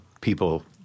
people